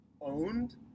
owned